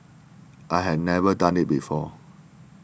I had never done it before